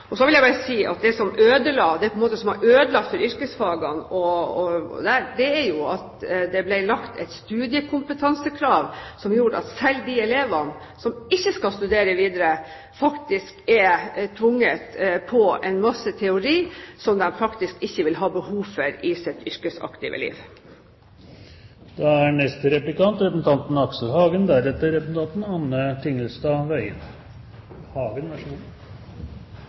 utdanning. Så vil jeg bare si at det som har ødelagt for yrkesfagene, er at det ble satt et studiekompetansekrav som gjorde at selv de elevene som ikke skal studere videre, er påtvunget masse teori som de ikke vil ha behov for i sitt yrkesaktive liv. Først en kommentar til dette om at posisjonen ikke støtter i mange av opposisjonens merknader. Det skyldes i veldig stor grad at opposisjonen i liten grad har tatt inn over seg det utviklingsarbeidet som er